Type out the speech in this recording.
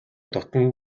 дотно